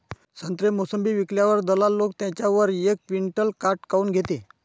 संत्रे, मोसंबी विकल्यावर दलाल लोकं त्याच्यावर एक क्विंटल काट काऊन घेते?